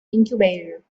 incubator